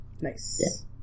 Nice